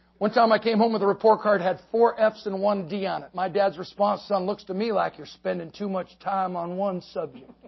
one time i came home with a report card, had four fs and one d on it. my dad's response, son, looks to me like you're spending too much time on one subject.